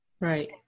Right